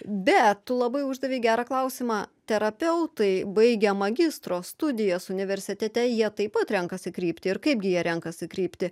bet tu labai uždavei gerą klausimą terapeutai baigę magistro studijas universitete jie taip pat renkasi kryptį ir kaip gi jie renkasi kryptį